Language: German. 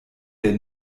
der